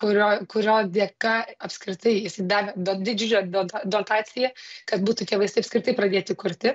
kurio kurio dėka apskritai jisai davė do didžiulę do dotaciją kad būtų tie vaistai apskritai pradėti kurti